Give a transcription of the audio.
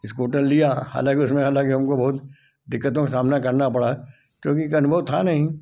scooter लिया हालाँकि उसमें हालाँकि हमको बहुत दिक्कतों का सामना करना पड़ा क्योंकि अनुभव था नहीं